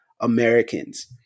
Americans